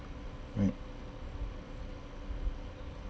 right